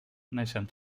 neixen